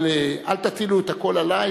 אבל אל תטילו את הכול עלי,